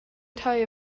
rhoi